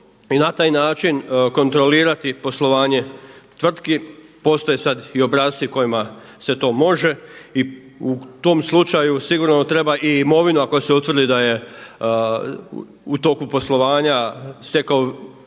i na taj način kontrolirati poslovanje tvrtki. Postoje sada i obrasci kojima se to može i u tom slučaju sigurno treba i imovina ako se utvrdi da je u toku poslovanja stekao